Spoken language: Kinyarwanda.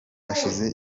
hashize